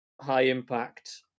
high-impact